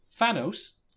Thanos